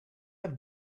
have